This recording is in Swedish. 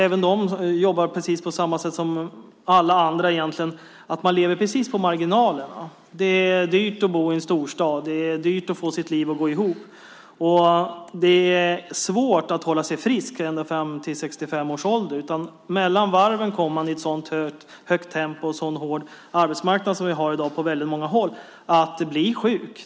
Även de jobbar på precis samma sätt som alla andra, att man lever precis på marginalen. Det är dyrt att bo i en storstad, och det är dyrt att få sitt liv att gå ihop. Det är svårt att hålla sig frisk ända fram till 65 års ålder. Mellan varven kommer man in i ett så högt tempo, på den hårda arbetsmarknad som vi har i dag på väldigt många håll, att man blir sjuk.